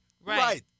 Right